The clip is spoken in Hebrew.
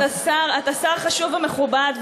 אתה שר חשוב ומכובד,